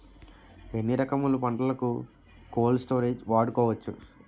ఎన్ని రకములు పంటలకు కోల్డ్ స్టోరేజ్ వాడుకోవచ్చు?